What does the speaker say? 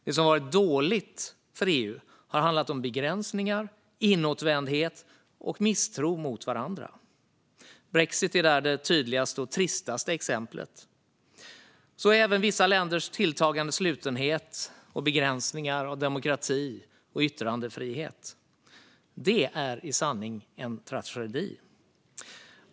Det som varit dåligt med EU har handlat om begränsningar, inåtvändhet och misstro mot varandra. Brexit är där det tydligaste och tristaste exemplet. Så är även vissa länders tilltagande slutenhet och begränsningar av demokrati och yttrandefrihet. Det är i sanning en tragedi.